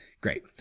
great